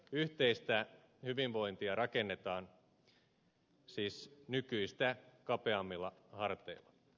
yhteistä hyvinvointia rakennetaan siis nykyistä kapeammilla harteilla